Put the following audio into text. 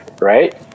right